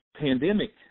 pandemic